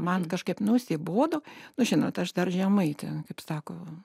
man kažkaip nusibodo nu žinot aš dar žemaitė kaip sako